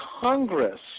Congress